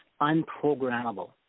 unprogrammable